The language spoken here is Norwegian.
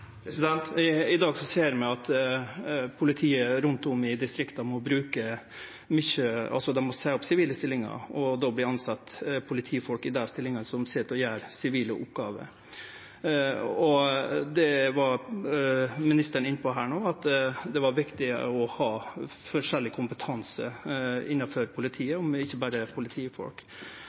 resultatet. I dag ser vi at politiet rundt om i distrikta må seie opp folk i sivile stillingar, og då vert det tilsett politifolk i dei stillingane som sit og gjer sivile oppgåver. Det var ministeren inne på no, at det er viktig å ha forskjellig kompetanse innanfor politiet og ikkje berre politifolk.